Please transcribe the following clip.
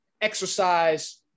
Exercise